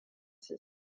six